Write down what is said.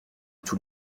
tous